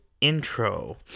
intro